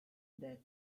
that